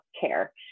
care